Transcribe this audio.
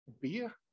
beer